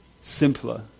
simpler